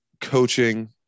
coaching